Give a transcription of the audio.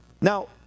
Now